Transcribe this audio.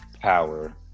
power